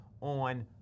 on